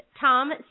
Tom